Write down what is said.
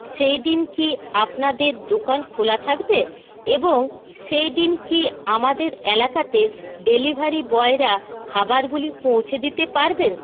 সেইদিন কি আপনাদের দোকান খোলা থাকবে এবং সেইদিন কি আমাদের এলাকাতে ডেলিভারি বয়রা খাবারগুলি পৌঁছে দিতে পারবেন